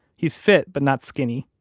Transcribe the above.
he's fit, but not skinny,